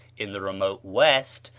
in the remote west,